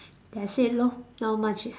that's it lor not much